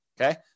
Okay